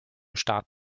staat